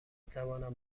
توانم